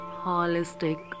holistic